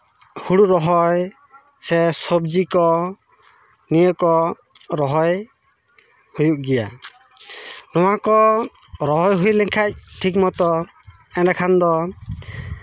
ᱦᱩᱲᱩ ᱨᱚᱦᱚᱭ ᱥᱮ ᱥᱚᱵᱽᱡᱤ ᱠᱚ ᱱᱤᱭᱟᱹ ᱠᱚ ᱨᱚᱦᱚᱭ ᱦᱩᱭᱩᱜ ᱜᱮᱭᱟ ᱱᱚᱣᱟ ᱠᱚ ᱨᱚᱦᱚᱭ ᱦᱩᱭ ᱞᱮᱱᱠᱷᱟᱱ ᱴᱷᱤᱠ ᱢᱚᱛᱚ ᱮᱸᱰᱮᱠᱷᱟᱱ ᱫᱚ